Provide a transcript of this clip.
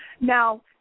now